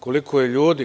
Koliko je ljudi?